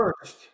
first